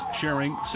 Sharing